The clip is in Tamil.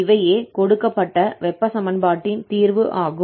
இவையே கொடுக்கப்பட்ட வெப்ப சமன்பாட்டின் தீர்வு ஆகும்